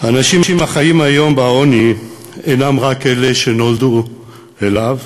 האנשים החיים היום בעוני אינם רק אלה שנולדו אליו,